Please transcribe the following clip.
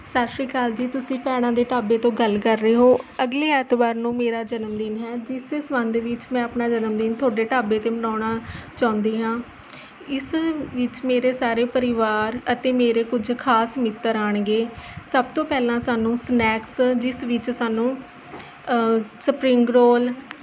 ਸਤਿ ਸ਼੍ਰੀ ਅਕਾਲ ਜੀ ਤੁਸੀਂ ਭੈਣਾਂ ਦੇ ਢਾਬੇ ਤੋਂ ਗੱਲ ਕਰ ਰਹੇ ਹੋ ਅਗਲੇ ਐਤਵਾਰ ਨੂੰ ਮੇਰਾ ਜਨਮਦਿਨ ਹੈ ਜਿਸ ਦੇ ਸਬੰਧ ਵਿੱਚ ਮੈਂ ਆਪਣਾ ਜਨਮ ਦਿਨ ਤੁਹਾਡੇ ਢਾਬੇ 'ਤੇ ਮਨਾਉਣਾ ਚਾਹੁੰਦੀ ਹਾਂ ਇਸ ਵਿੱਚ ਮੇਰੇ ਸਾਰੇ ਪਰਿਵਾਰ ਅਤੇ ਮੇਰੇ ਕੁਝ ਖਾਸ ਮਿੱਤਰ ਆਉਣਗੇ ਸਭ ਤੋਂ ਪਹਿਲਾਂ ਸਾਨੂੰ ਸਨੈਕਸ ਜਿਸ ਵਿੱਚ ਸਾਨੂੰ ਸਪਰਿੰਗ ਰੋਲ